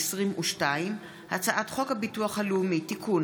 פ/1204/22 וכלה בהצעת חוק פ/1418/22: הצעת חוק הביטוח הלאומי (תיקון,